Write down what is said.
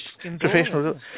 professional